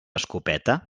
escopeta